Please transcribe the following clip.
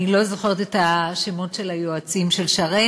אני לא זוכרת את השמות של היועצים של שרן,